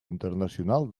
internacional